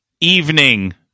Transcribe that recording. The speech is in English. evening